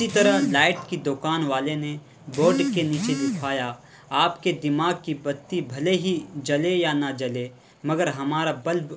اسی طرح لائٹ دکان والے نے بورڈ کے نیچے لکھوایا آپ کے دماغ کی بتی بھلے ہی جلے یا نہ جلے مگر ہمارا بلب